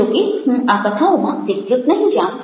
જોકે હું આ કથાઓમાં વિસ્તૃત નહિ જાઉં